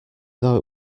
though